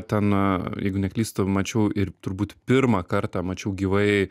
ten jeigu neklystu mačiau ir turbūt pirmą kartą mačiau gyvai